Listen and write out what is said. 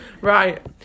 Right